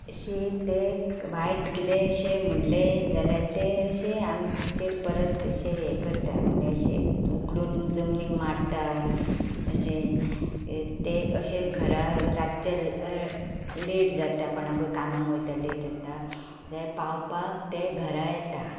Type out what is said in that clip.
अशी ताका वायट कितें अशें म्हणलें जाल्यार तें अशें आमचेर परत अशें हें करता म्हणल्यार अशें उकलून जमनीर मारता अशें तें अशें घरा रातचें ल् लेट जाता कोणाकूय कामांक वयता लेट जाता तांकां पावपाक ते घरा येता